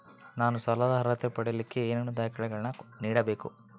ನಾನು ಸಾಲದ ಅರ್ಹತೆ ಪಡಿಲಿಕ್ಕೆ ಏನೇನು ದಾಖಲೆಗಳನ್ನ ನೇಡಬೇಕು?